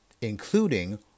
including